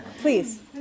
Please